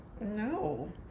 No